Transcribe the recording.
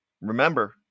Remember